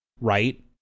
right